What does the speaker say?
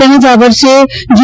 તેમજ આ વર્ષે જી